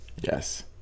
yes